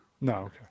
No